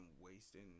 wasting